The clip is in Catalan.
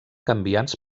canviants